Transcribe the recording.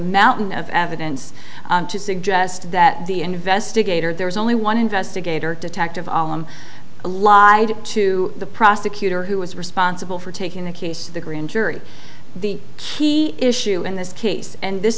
mountain of evidence to suggest that the investigator there was only one investigator detective allam a lie to the prosecutor who was responsible for taking the case to the grand jury the key issue in this case and this